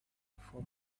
for